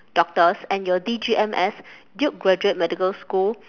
doctors and your D_G_M S duke graduate medical school